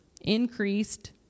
Increased